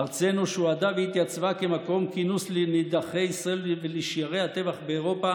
ארצנו שהועדה והתייצבה כמקום כינוס לנידחי ישראל ולשיירי הטבח באירופה